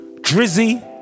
Drizzy